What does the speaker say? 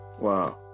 Wow